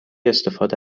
استفاده